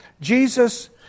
Jesus